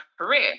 career